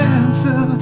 answer